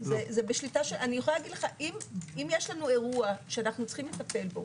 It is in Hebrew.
אם יש לנו אירוע שאנו צריכים לטפל בו,